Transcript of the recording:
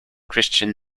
christian